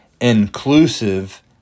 inclusive